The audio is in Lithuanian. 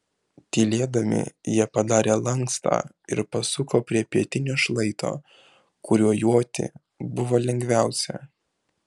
tylėdami jie padarė lankstą ir pasuko prie pietinio šlaito kuriuo joti buvo lengviausia